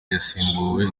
yasimbuwe